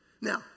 Now